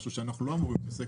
משהו שאנחנו לא אמורים להתעסק,